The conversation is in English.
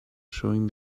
showing